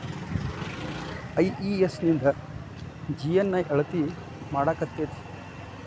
IES ನಿಂದ GNI ಅಳತಿ ಮಾಡಾಕಕ್ಕೆತಿ?